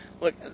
look